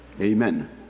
amen